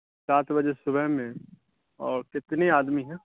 سات بجے صبح میں اور کتنے آدمی ہیں